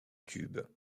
tube